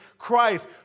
Christ